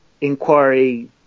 inquiry